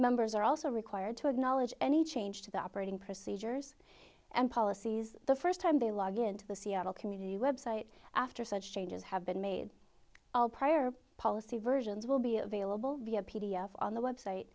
members are also required to acknowledge any change to the operating procedures and policies the first time they log in to the seattle community web site after such changes have been made all prior policy versions will be available via p d f on the website